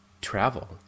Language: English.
travel